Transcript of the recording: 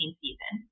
season